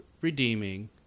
redeeming